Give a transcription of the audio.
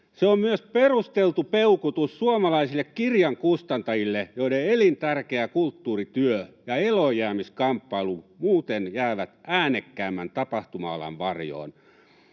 Se on myös perusteltu peukutus suomalaisille kirjankustantajille, joiden elintärkeä kulttuurityö ja eloonjäämiskamppailu muuten jäävät äänekkäämmän tapahtuma-alan varjoon.